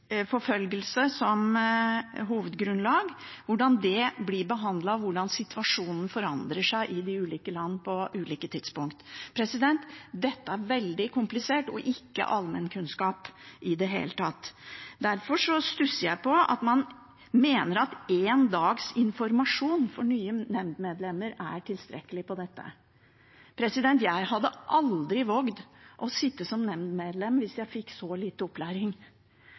hovedgrunnlag, hvordan det blir behandlet, og hvordan situasjonen forandrer seg i de ulike land på ulike tidspunkt. Dette er veldig komplisert og ikke allmennkunnskap i det hele tatt. Derfor stusser jeg over at man mener at én dags informasjon for nye nemndmedlemmer er tilstrekkelig. Jeg hadde aldri våget å sitte som nemndmedlem hvis jeg fikk så lite opplæring,